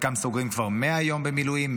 חלקם סוגרים כבר 100 יום במילואים,